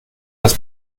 das